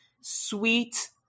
sweet